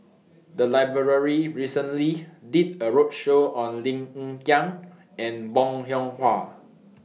The Library recently did A roadshow on Lim Hng Kiang and Bong Hiong Hwa